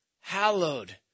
hallowed